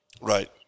Right